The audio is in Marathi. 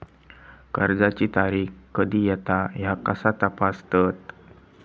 कर्जाची तारीख कधी येता ह्या कसा तपासतत?